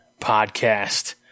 Podcast